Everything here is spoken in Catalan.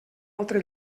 altre